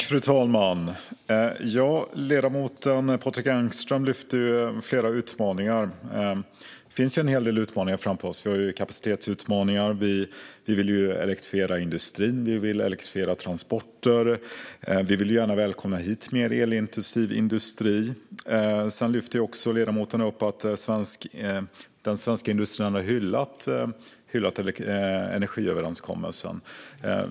Fru talman! Ledamoten Patrik Engström lyfte upp flera utmaningar, och det finns ju en hel del. Vi har kapacitetsutmaningar, vi vill elektrifiera industri och transporter och vi vill kunna välkomna hit mer elintensiv industri. Ledamoten lyfte också upp att den svenska industrin har hyllat energiöverenskommelsen.